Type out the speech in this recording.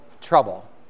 trouble